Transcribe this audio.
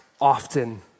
often